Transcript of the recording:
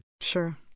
Sure